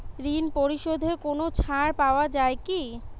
ঋণ পরিশধে কোনো ছাড় পাওয়া যায় কি?